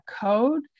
code